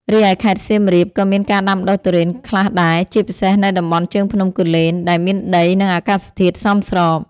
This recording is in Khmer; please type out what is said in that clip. រីឯខេត្តសៀមរាប ក៏មានការដាំដុះទុរេនខ្លះដែរ ជាពិសេសនៅតំបន់ជើងភ្នំគូលែន ដែលមានដី និងអាកាសធាតុសមស្រប។